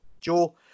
Joe